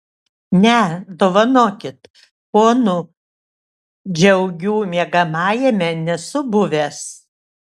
ne dovanokit ponų džiaugių miegamajame nesu buvęs